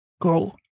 grow